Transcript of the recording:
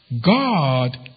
God